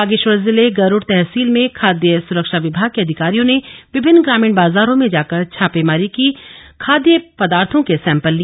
बागेश्वर जिले गरुड़ तहसील में खाद्य सुरक्षा विभाग के अधिकारियों ने विभिन्न ग्रामीण बाजारों में जाकर छापेमारी की खाद्य पदार्थों के सैंपल लिए